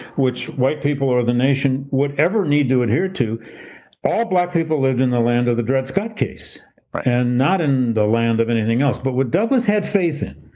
which white people or the nation would ever need to adhere to all black people lived in the land of the dred scott case and not in the land of anything else, but what douglass had faith in,